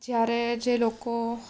જ્યારે જે લોકો